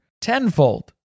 tenfold